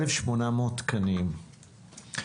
1,800 תקנים,